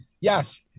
Yes